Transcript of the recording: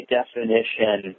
definition